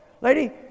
lady